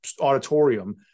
auditorium